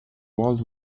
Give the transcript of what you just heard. walls